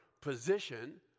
position